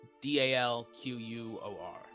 D-A-L-Q-U-O-R